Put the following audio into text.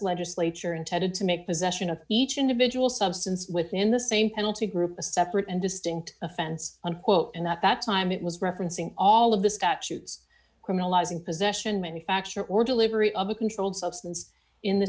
legislature intended to make possession of each individual substance within the same penalty group a separate and distinct offense unquote and that that time it was referencing all of the statutes criminalizing possession manufacture or delivery of a controlled